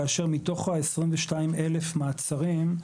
כאשר מתוך 22,000 המעצרים,